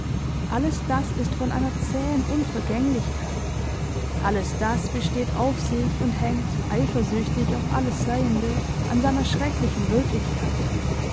alles das ist von einer zähen unvergänglichkeit alles das besteht auf sich und hängt eifersüchtig auf alles seiende an seiner schrecklichen wirklichkeit